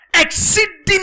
Exceeding